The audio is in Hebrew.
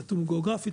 נתון גיאוגרפי,